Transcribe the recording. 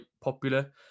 popular